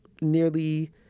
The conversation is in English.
nearly